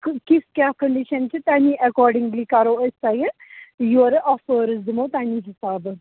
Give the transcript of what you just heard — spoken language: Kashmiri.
کِژھ کیٛاہ کَنٛڈِشَن چھِ تَمے ایٚکاڈِنٛگلی کَرو أسۍ تۄہہِ یورٕ آفٲرٕس دِمو تَمے حِسابہٕ